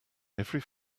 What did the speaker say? every